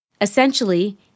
Essentially